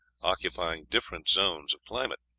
occupying different zones of climate.